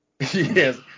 Yes